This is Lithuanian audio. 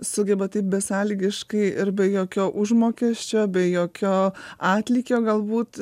sugeba taip besąlygiškai ir be jokio užmokesčio be jokio atlygio galbūt